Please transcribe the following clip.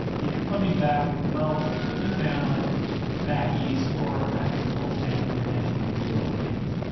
either coming back with wealth to the family back east, or having the whole family eventually relocate.